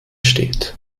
steht